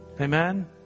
Amen